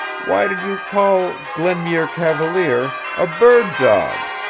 why did you call glenmuir cavalier a bird dog?